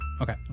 Okay